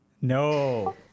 No